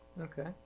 okay